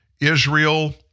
Israel